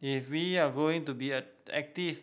if we're going to be a active